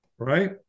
Right